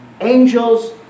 Angels